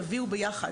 יביאו ביחד,